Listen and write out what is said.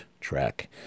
track